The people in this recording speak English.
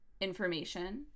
information